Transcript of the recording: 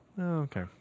Okay